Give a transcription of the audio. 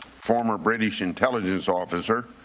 former british intelligence officer,